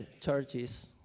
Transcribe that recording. churches